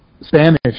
Spanish